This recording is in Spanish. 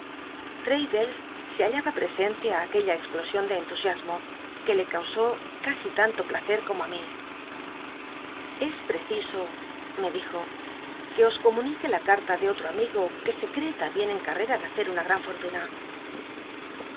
se hal laba presente í aq uella explosion de entusiasmo que le causó casi tanto placer como á mi es pteciso me dijo que os comunique la carta de otto amigo que se cree lambicn en urcra de hace una gran fortuna